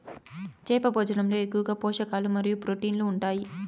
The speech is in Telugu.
చేప భోజనంలో ఎక్కువగా పోషకాలు మరియు ప్రోటీన్లు ఉంటాయి